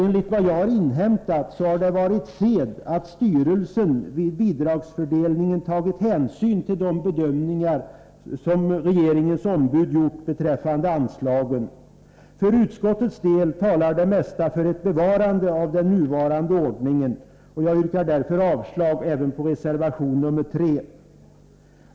Enligt vad jag inhämtat har det varit sed att styrelsen vid bidragsfördelningen tagit hänsyn till de bedömningar som regeringens ombud gjort beträffande anslagen. Utskottet anser för sin del att det mesta talar för ett bevarande av den nuvarande ordningen. Jag yrkar därför avslag även på reservation 3.